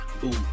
Boom